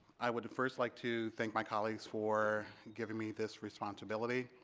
i would first like to thank my colleagues for giving me this responsibility.